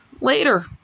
later